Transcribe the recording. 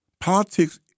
Politics